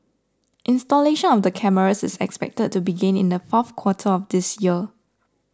installation of the cameras is expected to begin in the fourth quarter of this year